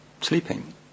sleeping